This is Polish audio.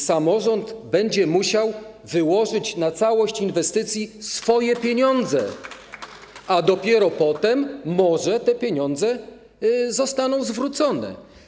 Samorząd będzie więc musiał wyłożyć na całość inwestycji swoje pieniądze, a dopiero potem może te pieniądze zostaną zwrócone.